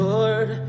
Lord